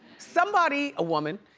somebody, a woman,